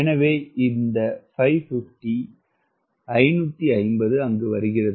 எனவே இந்த 550 வருகிறது